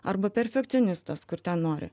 arba perfekcionistas kur ten nori